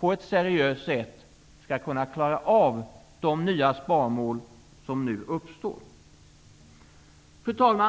på ett seriöst sätt skall kunna klara av de nya sparmål som nu uppstår. Fru talman!